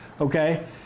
okay